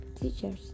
teachers